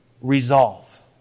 resolve